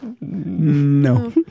No